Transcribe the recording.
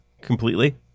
completely